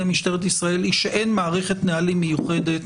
משטרת ישראל היא שאין מערכת נהלים מיוחדת